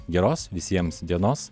geros visiems dienos